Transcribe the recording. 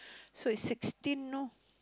so is sixteen know